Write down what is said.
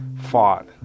fought